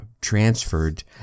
transferred